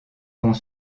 pont